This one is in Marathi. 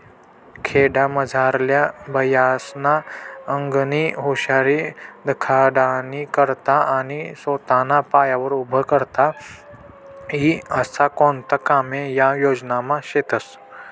खेडामझारल्या बायास्ना आंगनी हुशारी दखाडानी करता आणि सोताना पायावर उभं राहता ई आशा कोणता कामे या योजनामा शेतस